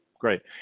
Great